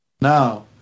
Now